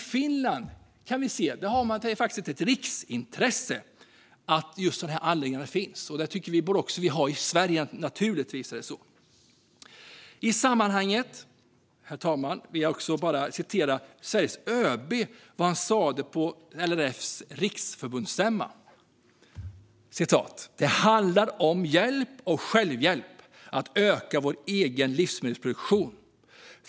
I Finland är det ett riksintresse att sådana anläggningar finns, och så borde vi naturligtvis ha det även i Sverige. I sammanhanget, herr talman, vill jag citera Sveriges ÖB och det han sa på LRF:s riksförbundsstämma: "Det handlar om hjälp till självhjälp att öka vår egen livsmedelsproduktion.